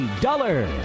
Dollar